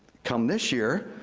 come this year,